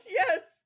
yes